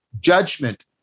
judgment